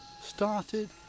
started